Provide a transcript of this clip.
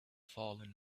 fallen